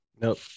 nope